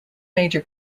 major